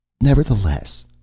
Nevertheless